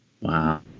wow